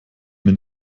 mir